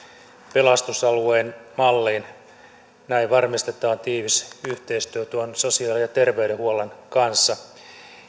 pelastusalueen malliin näin varmistetaan tiivis yhteistyö sosiaali ja terveydenhuollon kanssa